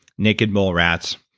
naked mole rats,